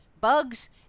bugs